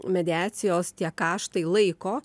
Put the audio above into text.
mediacijos tie kaštai laiko